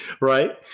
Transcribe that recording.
right